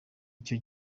icyo